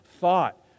thought